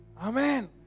Amen